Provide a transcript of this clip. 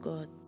God